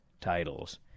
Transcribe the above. titles